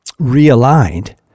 realigned